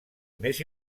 més